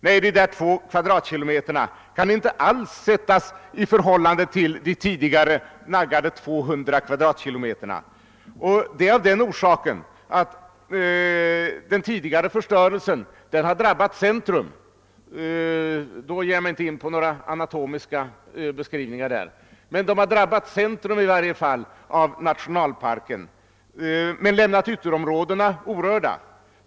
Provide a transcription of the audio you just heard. Nej, dessa två kvadratkilometer kan inte alls sättas i förhållande till de tidigare naggade 200 km?, detta av den orsaken att den tidigare förstörelsen har drabbat centrum av nationalparken — jag ger mig här inte in på någon närmare anatomisk beskrivning av den, som jordbruksministern nyss berörde — men lämnat ytterområdena orörda.